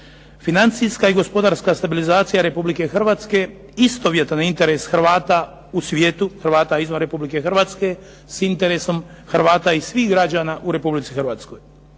financijska i gospodarska stabilizacija Republike Hrvatska istovjetan je interes Hrvata u svijetu, Hrvata izvan Republike Hrvatske s interesom Hrvata i svih građana u Republici Hrvatskoj.